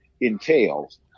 entails